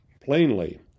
plainly